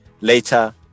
later